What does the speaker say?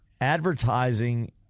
Advertising